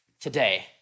today